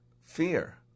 fear